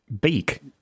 beak